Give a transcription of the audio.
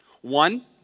One